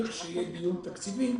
לכשיהיה דיון תקציבי,